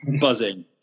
buzzing